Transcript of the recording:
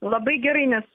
labai gerai nes